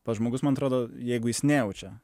pats žmogus man atrodo jeigu jis nejaučia